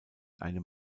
einem